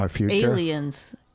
aliens